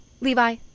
Levi